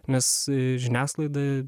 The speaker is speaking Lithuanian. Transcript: nes žiniasklaida